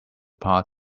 path